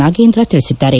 ನಾಗೇಂದ್ರ ತಿಳಿಸಿದ್ದಾರೆ